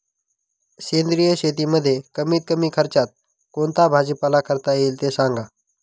सेंद्रिय शेतीमध्ये कमीत कमी खर्चात कोणता भाजीपाला करता येईल ते सांगा